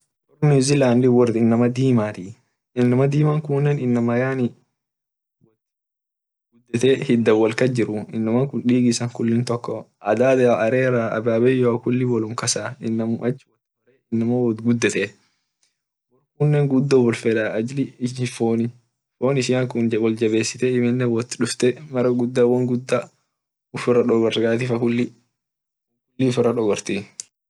Wor newzeland wor inama dima inama dima kunne inama hida wol kas jiru inaman kun kulli dig isa toko adado arera ababeyoa inama kulli wolum kasa inama wot gudetee inama kunne guda wolfeda ajili ishi foni woljabesite mara guda won guda ufira dorgati faa kulii ufira dogortii.